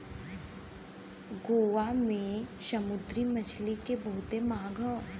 गोवा के समुंदरी मछरी के बहुते मांग हौ